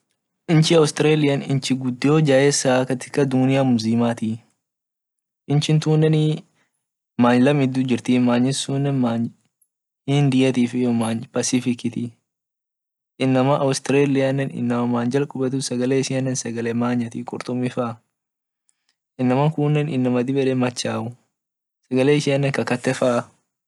Australian inchi gudio jaesat katika dunia inchi tunne manya lamit diju jirt sunne manya indiati iyo pacific inama australia inama manya jal kubetu sagale ishian sagale manyati kurtumii faa inama kune inama dib ede macahau sagale ishiane kakate faa.